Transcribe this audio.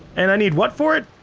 and i need what for it.